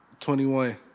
21